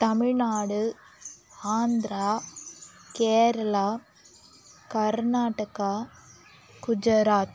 Tamil Nadu Andhra Kerala Karnataka Gujarat